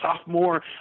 sophomore